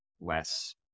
less